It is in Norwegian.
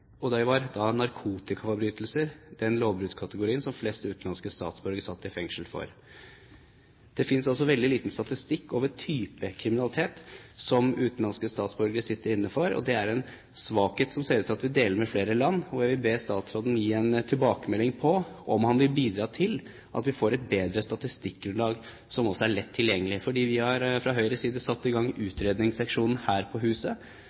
og da var narkotikaforbrytelser den lovbruddskategorien som flest utenlandske statsborgere satt i fengsel for. Det finnes også veldig liten statistikk over type kriminalitet som utenlandske statsborgere sitter inne for. Det er en svakhet som det ser ut til at vi deler med flere land, og jeg vil be statsråden gi en tilbakemelding på om han vil bidra til at vi får et bedre statistikkgrunnlag som også er lett tilgjengelig. Vi fra Høyres side har satt i gang utredningsseksjonen her på huset,